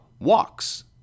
walks